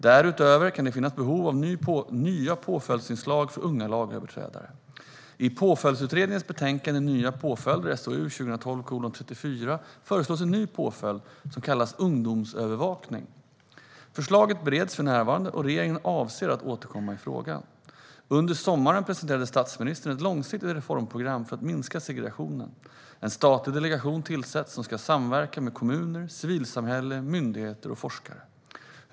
Därutöver kan det finnas ett behov av nya påföljdsinslag för unga lagöverträdare. I Påföljdsutredningens betänkande Nya påföljder föreslås en ny påföljd som kallas ungdomsövervakning. Förslaget bereds för närvarande, och regeringen avser att återkomma i frågan. Under sommaren presenterade statsministern ett långsiktigt reformprogram för att minska segregationen. En statlig delegation tillsätts som ska samverka med kommuner, civilsamhälle, myndigheter och forskare.